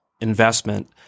investment